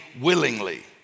willingly